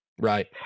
Right